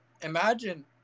imagine